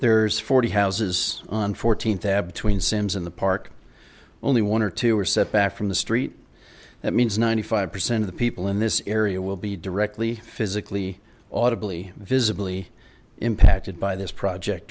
there's forty houses on fourteen tab tween sims in the park only one or two are set back from the street that means ninety five percent of the people in this area will be directly physically audibly visibly impacted by this project